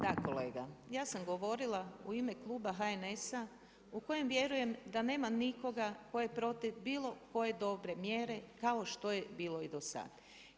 Da kolega, ja sam govorila u ime kluba HNS-a, u kojem vjerujem da nema nikoga tko je protiv bilo koje dobre mjere kao što je bilo i do sada.